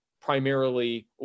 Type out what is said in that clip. primarily